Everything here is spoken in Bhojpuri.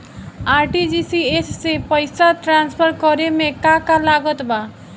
आर.टी.जी.एस से पईसा तराँसफर करे मे का का लागत बा?